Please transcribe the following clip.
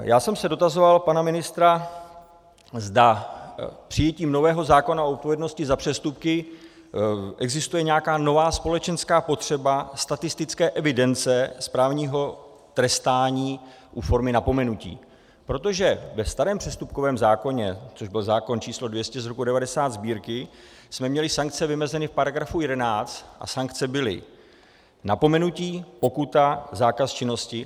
Já jsem se dotazoval pana ministra, zda přijetím nového zákona o odpovědnosti za přestupky existuje nějaká nová společenská potřeba statistické evidence správního trestání u formy napomenutí, protože ve starém přestupkovém zákoně, což byl zákon č. 200/1990 Sb., jsme měli sankce vymezeny v § 11 a sankce byly napomenutí, pokuta, zákaz činnosti atd.